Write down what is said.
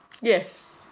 Yes